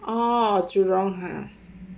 orh jurong ha